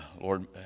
Lord